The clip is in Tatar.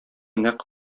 нәкъ